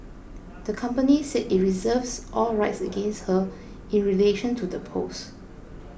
the company said it reserves all rights against her in relation to the post